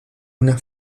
una